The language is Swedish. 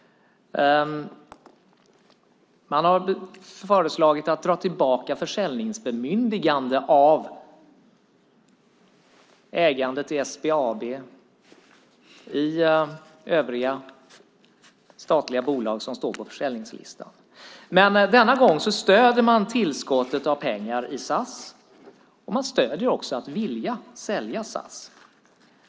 Man har föreslagit att dra tillbaka försäljningsbemyndigande om ägandet i SBAB och i övriga statliga bolag som står på försäljningslistan. Men denna gång stöder man tillskottet av pengar till SAS, och man stöder också att SAS ska säljas.